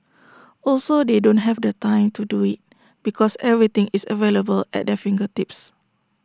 also they don't have the time to do IT because everything is available at their fingertips